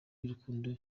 y’urukundo